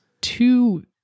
two